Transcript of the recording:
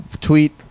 tweet